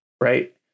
right